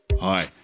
Hi